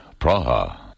Praha